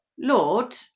Lord